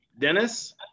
dennis